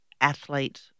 athlete